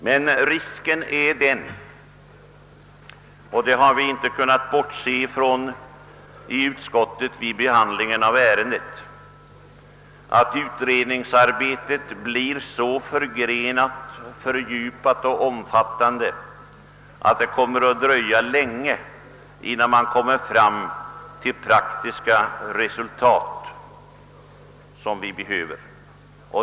Men risken är — och det har utskottet inte kunnat bortse från vid behandlingen av ärendet — att utredningsarbetet blir så förgrenat, fördjupat och omfattande att det dröjer länge innan vi kan nå fram till de praktiska åtgärder som behöver vidtagas.